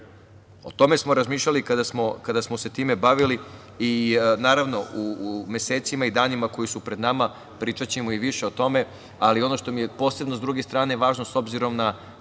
O tome smo razmišljali kada smo se time bavili i naravno u mesecima i danima koji su pred nama pričaćemo i više o tome, ali ono što mi je posebno sa druge strane važno, s obzirom na